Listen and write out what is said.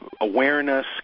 awareness